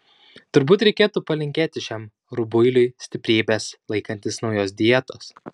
turbūt reikėtų palinkėti šiam rubuiliui stiprybės laikantis naujos dietos